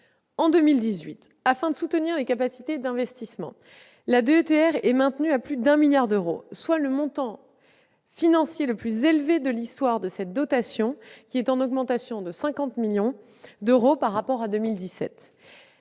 En 2018, afin de soutenir les capacités d'investissement, la DETR est maintenue à hauteur de plus de 1 milliard d'euros, soit le montant financier le plus élevé de l'histoire de cette dotation, en augmentation de 50 millions d'euros par rapport à 2017.